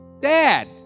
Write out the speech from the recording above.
dad